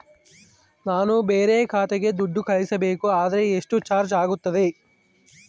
ನಾನು ಬೇರೆ ಖಾತೆಗೆ ದುಡ್ಡು ಕಳಿಸಬೇಕು ಅಂದ್ರ ಎಷ್ಟು ಚಾರ್ಜ್ ಆಗುತ್ತೆ?